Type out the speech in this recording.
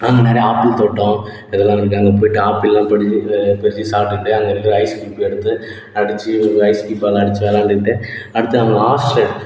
அங்கே நிறையா ஆப்பிள் தோட்டோம் இதெலாம் அங்கே போயிட்டு ஆப்பிள்லாம் பறித்து சாப்பிடுட்டு அங்கே இருக்கிற ஐஸ் கீயூப்பை எடுத்து அடித்து ஒரு ஐஸ் கீயூப்பால் அடித்து விளையாண்டுட்டு அடுத்து அங்கே ஹார்ஸ் ரைட்